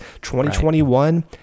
2021